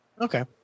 okay